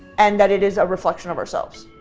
and that it is a reflection of ourselves.